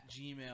gmail